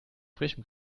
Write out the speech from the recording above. frischem